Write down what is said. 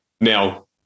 Now